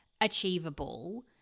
achievable